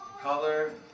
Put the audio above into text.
color